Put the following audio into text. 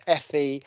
FE